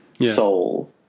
soul